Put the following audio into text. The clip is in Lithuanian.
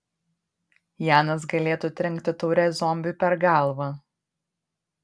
janas galėtų trenkti taure zombiui per galvą